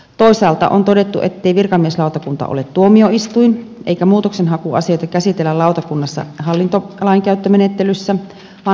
toisaalta on todettu ettei virkamieslautakunta ole tuomioistuin eikä muutoksenhakuasioita käsitellä lautakunnassa hallintolainkäyttömenettelyssä vaan hallintomenettelyssä